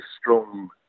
strong